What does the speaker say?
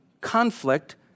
conflict